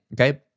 okay